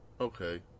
Okay